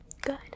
Good